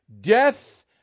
Death